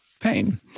pain